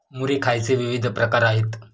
मुरी खायचे विविध प्रकार आहेत